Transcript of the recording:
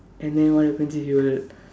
and then what happens is he would